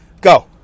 go